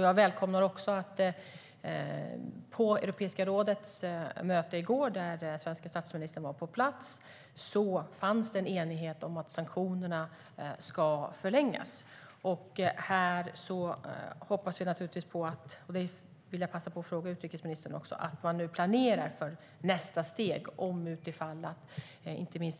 Jag välkomnar också att det på Europeiska rådets möte i går, där den svenske statsministern var på plats, fanns en enighet om att sanktionerna ska förlängas. Nu hoppas jag - och jag vill gärna passa på att fråga utrikesministern om detta också - att man planerar för nästa steg om